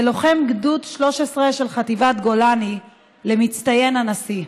כלוחם גדוד 13 של חטיבת גולני, למצטיין הנשיא.